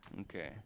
Okay